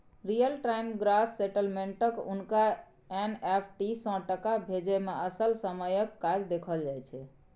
real time gross सेटलमेंटक उनटा NEFT सँ टका भेजय मे असल समयक काज देखल जाइ छै